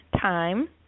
Time